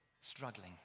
struggling